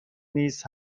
نیز